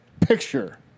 picture